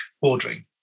ordering